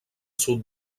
sud